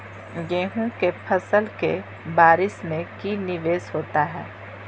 गेंहू के फ़सल के बारिस में की निवेस होता है?